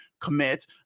commit